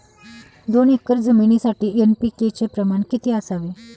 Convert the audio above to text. दोन एकर जमिनीसाठी एन.पी.के चे प्रमाण किती असावे?